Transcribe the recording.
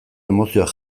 emozioak